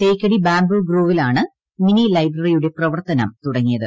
തേക്കടി ബാംബുഗ്രോവിലാണ് മിനി ലൈബ്രറിയുടെ പ്രവർത്തനം തുടങ്ങിയത്